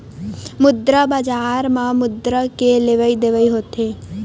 मुद्रा बजार म मुद्रा के लेवइ देवइ होथे